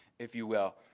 if you will.